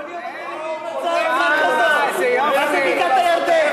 כל יום אתם, גם את בקעת-הירדן.